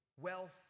wealth